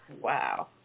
Wow